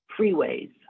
freeways